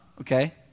okay